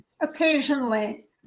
occasionally